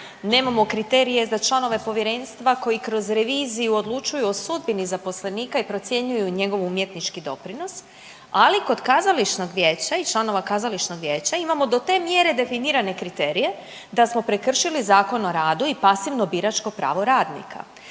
nemamo kriterije za članove povjerenstva koji kroz reviziju odlučuju o sudbini zaposlenika i procjenjuju njegov umjetnički doprinos. Ali kod kazališnog vijeća i članova kazališnog vijeća imamo do te mjere definirane kriterije da smo prekršili Zakon o radu i pasivno biračko pravo radnika